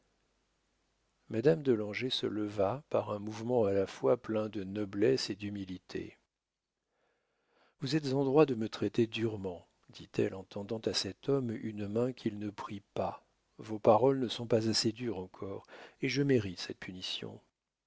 madame de langeais se leva par un mouvement à la fois plein de noblesse et d'humilité vous êtes en droit de me traiter durement dit-elle en tendant à cet homme une main qu'il ne prit pas vos paroles ne sont pas assez dures encore et je mérite cette punition